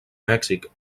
mèxic